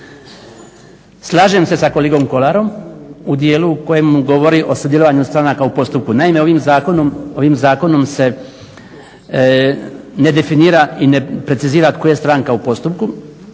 Slažem se sa kolegom Kolarom u dijelu u kojem govori o sudjelovanju stranaka u postupku. Naime, ovim zakonom se ne definira i ne precizira tko je stranka u postupku,